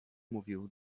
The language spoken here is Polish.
mówił